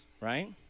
right